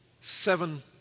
seven